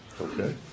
Okay